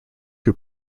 who